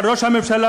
אבל ראש הממשלה,